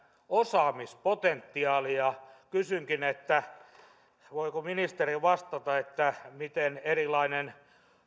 osaamispotentiaali kysynkin voiko ministeri vastata miten erilaisten